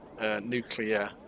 nuclear